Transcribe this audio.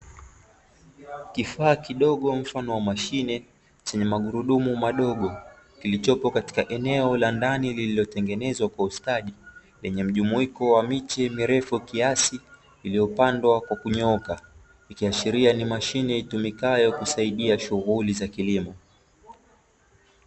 Kifaa kidogo mfano wa mashine chenye magurudumu madogo, kilichopo katika eneo la ndani lililotengenezwa kwa ustadi, lenye mjumuiko wa miche mirefu kiasi iliyopandwa kwa kunyooka. Ikiashiria ni mashine itumikayo kusaidia shughuli za kilimo.